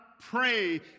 pray